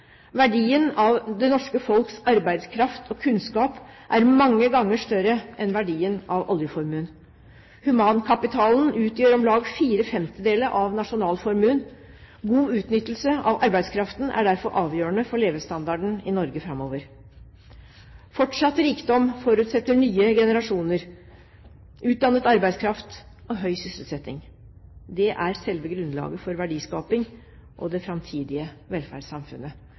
Verdien av det norske folks arbeidskraft og kunnskap er mange ganger større enn verdien av oljeformuen. Humankapitalen utgjør om lag fire femtedeler av nasjonalformuen. God utnyttelse av arbeidskraften er derfor avgjørende for levestandarden i Norge framover. Fortsatt rikdom forutsetter nye generasjoner, utdannet arbeidskraft og høy sysselsetting. Det er selve grunnlaget for verdiskaping og det framtidige velferdssamfunnet.